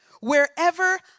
wherever